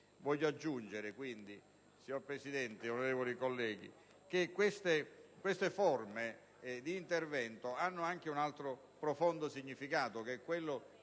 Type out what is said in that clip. Voglio aggiungere, signor Presidente, onorevoli colleghi, che queste forme di intervento hanno anche un altro, profondo significato: quello